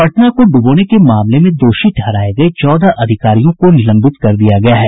पटना को ड्रबोने के मामले में दोषी ठहराये गये चौदह अधिकारियों को निलंबित कर दिया गया है